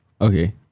Okay